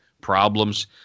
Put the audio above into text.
problems